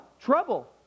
Trouble